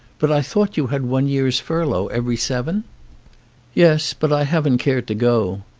but i thought you had one year's furlough every seven yes, but i haven't cared to go.